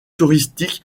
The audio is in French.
touristique